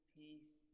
peace